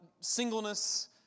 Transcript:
singleness